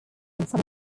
southern